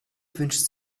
wünscht